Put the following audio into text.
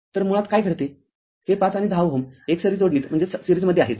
तरमुळात काय घडते हे ५ आणि १० Ω एकसरी जोडणीत आहेत